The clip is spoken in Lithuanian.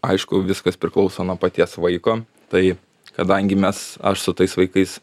aišku viskas priklauso nuo paties vaiko tai kadangi mes aš su tais vaikais